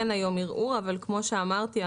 אין היום ערעור אבל כמו שאמרתי,